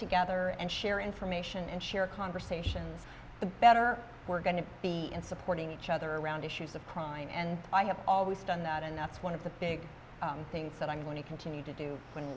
together and share information and share conversations the better we're going to be in supporting each other around issues of crime and i have always done that and that's one of the big things that i'm going to continue to do when